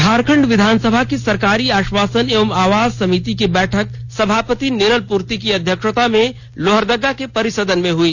झारखण्ड विधानसभा की सरकारी आश्वासन एवं आवास समिति की बैठक सभापति नीरल पूर्ति की अध्यक्षता में लोहरदगा के परिसदन में हुई